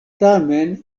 tamen